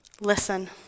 listen